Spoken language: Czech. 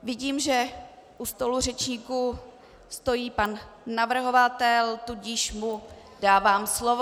Vidím, že u stolu řečníků stojí pan navrhovatel, tudíž mu dávám slovo.